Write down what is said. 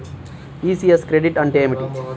ECS credit అంటే ఏమిటి?